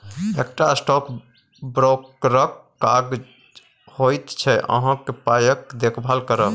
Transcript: एकटा स्टॉक ब्रोकरक काज होइत छै अहाँक पायक देखभाल करब